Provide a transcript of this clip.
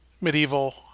medieval